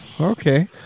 Okay